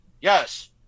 yes